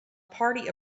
party